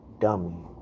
dummy